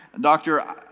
doctor